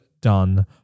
done